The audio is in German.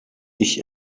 ich